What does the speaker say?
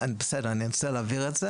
בסדר, אני אנסה להבהיר את זה.